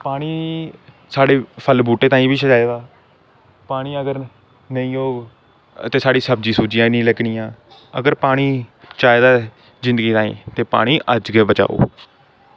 पानी साढ़े बूह्टें ताहीं बी चाहिदा पानी अगर नेईं होग ते साढ़ी सब्ज़ी ऐनी लग्गनी ऐ अआगर पानी चाहिदा ऐ जिंदगी ताहीं ते पानी अज्ज गै बचाओ